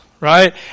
right